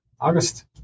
August